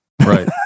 Right